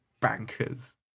bankers